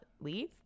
leave